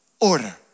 order